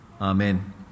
Amen